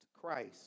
Christ